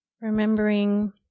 Remembering